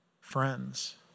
friends